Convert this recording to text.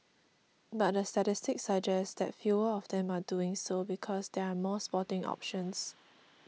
but the statistics suggest that fewer of them are doing so because there are more sporting options